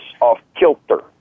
off-kilter